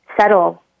settle